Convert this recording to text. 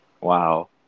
Wow